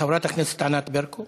חברת הכנסת ענת ברקו,